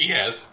Yes